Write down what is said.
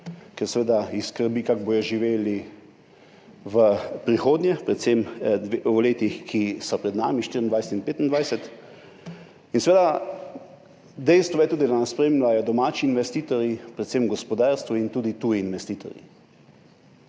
jih seveda skrbi, kako bodo živeli v prihodnje, predvsem v letih, ki sta pred nami, 2024 in 2025. Dejstvo je tudi, da nas spremljajo domači investitorji, predvsem gospodarstvo, in tudi tuji investitorji.